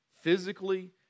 physically